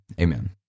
Amen